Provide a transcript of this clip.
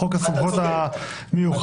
בחוק הסמכויות המיוחדות.